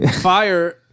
fire